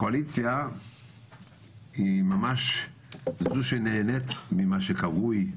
הקואליציה היא זו שנהנית ממה שקרוי,